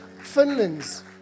Finland's